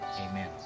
Amen